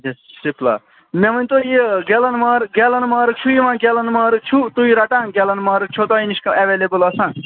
سِپلا مےٚ ؤنۍ تو یہِ گٮ۪لَن مارگٮ۪لَن مارٕک چھُ یِوان گیلَن مارٕک چھُ تُہۍ رَٹان گٮ۪لن مارٕک چھُ تۄہہِ نِش کانٛہہ ایولیبل آسان